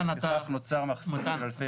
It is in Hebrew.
כך נוצר מחסור של אלפי יחידות דיור.